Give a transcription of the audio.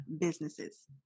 businesses